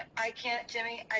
i can't, jimmy.